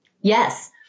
Yes